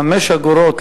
תודה רבה לכם, רבותי.